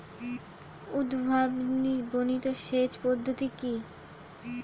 উদ্ভাবনী সেচ পদ্ধতি কি?